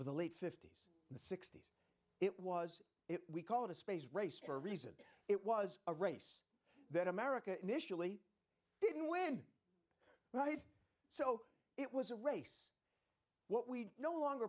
for the late fifty's the sixty's it was it we call it a space race for a reason it was a race that america initially didn't win when i was so it was a race what we no longer